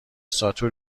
ساتور